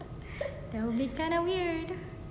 that will be kind of weird